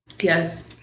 Yes